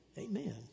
Amen